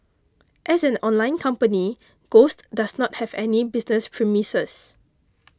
as an online company Ghost does not have any business premises